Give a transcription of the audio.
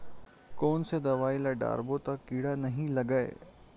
कोन से दवाई ल डारबो त कीड़ा नहीं लगय?